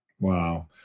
Wow